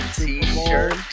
t-shirt